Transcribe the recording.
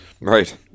Right